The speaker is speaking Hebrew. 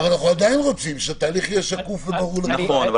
אז